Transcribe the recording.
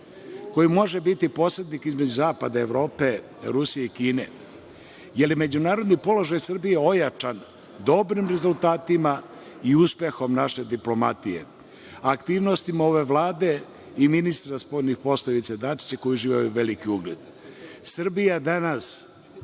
koji može biti posrednik između zapada i Evrope, Rusije i Kine, jer je međunarodni položaj Srbije ojačan dobrim rezultatima i uspehom naše diplomatije, aktivnostima ove Vlade i ministra spoljnih poslova Ivice Dačića, koji uživa veliki ugled. Srbija danas